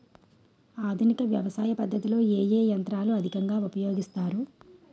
ఆధునిక వ్యవసయ పద్ధతిలో ఏ ఏ యంత్రాలు అధికంగా ఉపయోగిస్తారు?